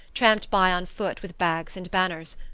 tramped by on foot with bags and banners.